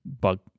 bug